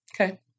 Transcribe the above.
Okay